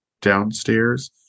downstairs